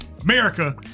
America